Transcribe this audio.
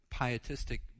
pietistic